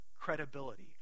credibility